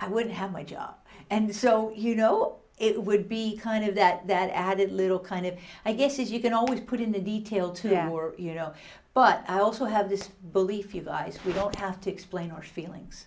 i would have my job and so you know it would be kind of that that added little kind of i guess is you can always put in the detail today or you know but i also have this belief you guys we don't have to explain our feelings